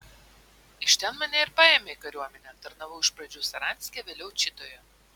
iš ten mane ir paėmė į kariuomenę tarnavau iš pradžių saranske vėliau čitoje